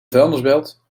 vuilnisbelt